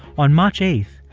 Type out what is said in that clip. on march eight,